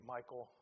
Michael